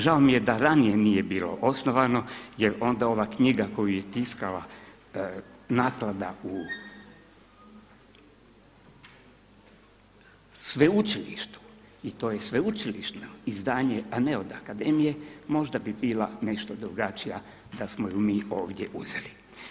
Žao mi je da ranije bilo osnovano jer onda ova knjiga koju je tiskala naklada u sveučilištu, i to je sveučilišno izdanje, a ne od akademije, možda bi bila nešto drugačija da smo je mi ovdje uzeli.